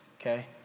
okay